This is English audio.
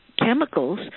chemicals